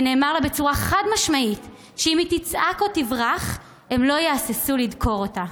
ונאמר לה בצורה חד-משמעית שאם היא תצעק או תברח הם לא יהססו לדקור אותה.